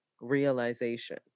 realization